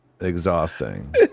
exhausting